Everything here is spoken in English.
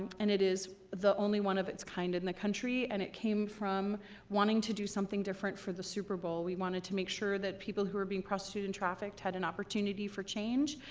and it is the only one of its kind in the country. and it came from wanting to do something different for the super bowl. we wanted to make sure that people who are being prostituted and trafficked had an opportunity for change.